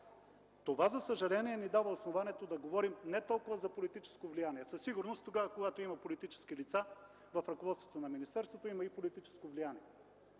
Това за съжаление ни дава основанието да говорим не толкова за политическо влияние. Със сигурност, когато има политически лица в ръководството на министерството, има и политическо влияние.